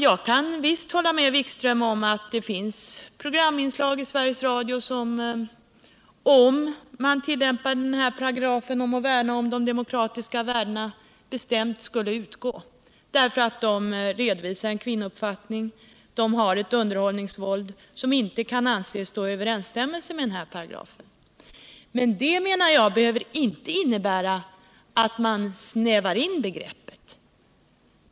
Jag kan visst hålla med honom om att det finns programinslag i Sveriges Radio som, för den händelse man tillämpar denna paragraf om att värna om de demokratiska värdena, bestämt skulle utgå, därför att de redovisar en kvinnouppfattning och innehåller ett underhållningsvåld som inte kan anses stå i överensstämmelse med denna paragraf. Men det, menar jag, behöver inte innebära att man snävar in begreppet.